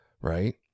right